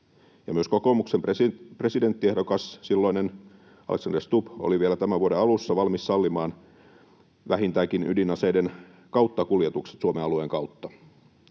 myös kokoomuksen silloinen presidenttiehdokas Alexander Stubb oli vielä tämän vuoden alussa valmis sallimaan vähintäänkin ydinaseiden kauttakuljetukset Suomen alueen kautta.